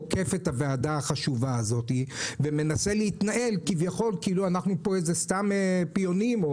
עוקף את הוועדה החשובה הזאת ומנסה להתנהל כאילו אנחנו פה סתם פיונים.